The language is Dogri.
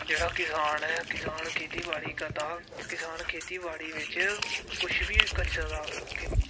जेहड़ा किसान ऐ किसान खेतीबाड़ी करदा किसान खेती बाड़ी बिच कुछ बी करी सकदा